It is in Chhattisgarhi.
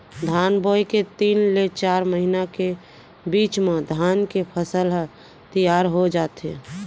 धान बोए के तीन ले चार महिना के बीच म धान के फसल ह तियार हो जाथे